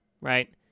right